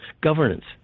governance